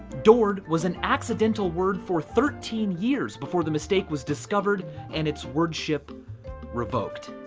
dord was an accidental word for thirteen years before the mistake was discovered and its wordship revoked.